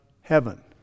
heaven